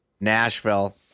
Nashville